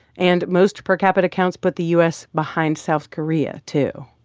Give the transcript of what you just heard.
and most per capita counts put the u s. behind south korea, too.